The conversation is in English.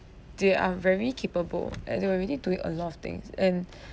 they are very capable and they were already doing a lot of things and